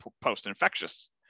post-infectious